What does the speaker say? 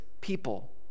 people